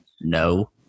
No